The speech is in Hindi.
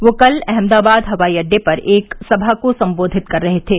वे कल अहमदाबाद हवाई अड्डे पर एक सभा को संबोधित कर रहे थे